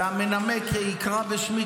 והמנמק יקרא בשמי,